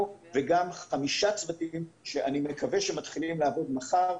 וגם חמישה צוותים שאני מקווה שיתחילו לעבוד ממחר.